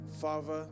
Father